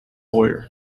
lawyer